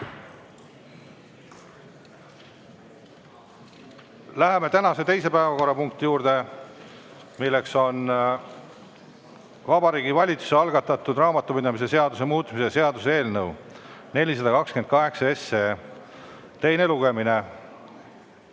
Läheme tänase teise päevakorrapunkti juurde, mis on Vabariigi Valitsuse algatatud raamatupidamise seaduse muutmise seaduse eelnõu 428 teine lugemine.